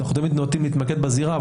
אנחנו תמיד נוטים להתמקד בזירה,